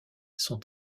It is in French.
sont